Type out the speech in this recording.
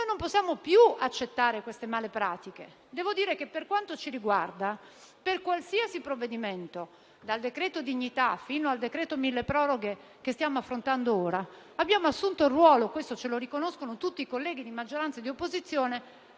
Noi non possiamo più accettare queste male pratiche. Per quanto ci riguarda, per qualsiasi provvedimento, dal decreto dignità fino al decreto milleproroghe che stiamo affrontando ora, abbiamo assunto un ruolo - questo ce lo riconoscono tutti i colleghi, di maggioranza e di minoranza